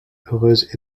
heureuse